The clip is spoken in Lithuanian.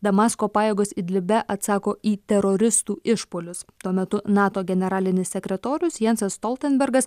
damasko pajėgos idlibe atsako į teroristų išpuolius tuo metu nato generalinis sekretorius jansas stoltenbergas